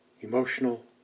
emotional